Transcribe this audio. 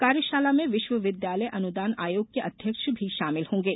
कार्यशाल में विश्वविद्यालय अनुदान आयोग के अध्यक्ष भी शामिल होंगे